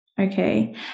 okay